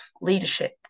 leadership